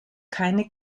keine